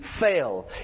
fail